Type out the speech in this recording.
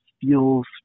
feels